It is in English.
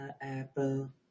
apple